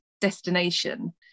destination